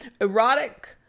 Erotic